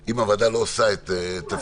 המחלוקת בינינו היא לא על עצם העניין